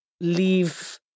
leave